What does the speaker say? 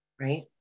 right